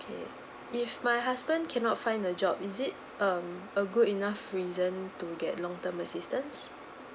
okay if my husband cannot find a job is it um a good enough reason to get long term assistance